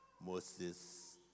Moses